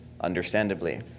understandably